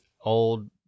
old